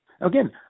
Again